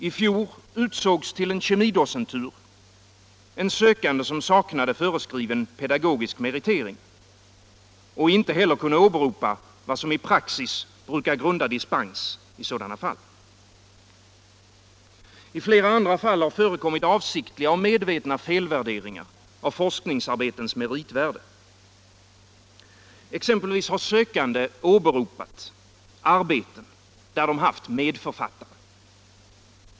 I fjol utsågs till en kemidocentur en sökande som saknade föreskriven pedagogisk meritering och inte heller kunde åberopa vad som i praxis brukar grunda dispens i sådana fall. I flera andra fall har förekommit avsiktliga och medvetna felvärderingar av forskningsarbetens meritvärde. Exempelvis har sökande åberopat arbeten där de haft medförfattare.